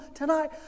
tonight